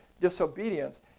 disobedience